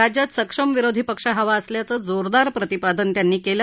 राज्यात सक्षम विरोधी पक्ष हवा असल्याचं जोरदार प्रतिपादन त्यांनी केलं